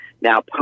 now